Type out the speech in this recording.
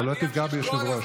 אתה לא תפגע ביושב-ראש.